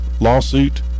lawsuit